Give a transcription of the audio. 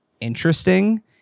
interesting